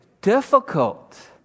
difficult